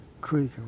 creek